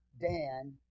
Dan